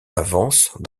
avancent